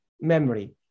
memory